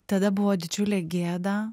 tada buvo didžiulė gėda